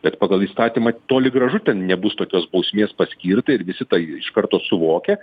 bet pagal įstatymą toli gražu ten nebus tokios bausmės paskirta ir visi tai iš karto suvokia